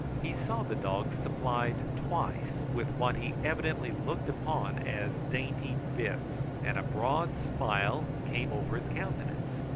he saw the dog supplied twice with what he evidently looked upon as dainty bits, and a broad smile came over his countenance.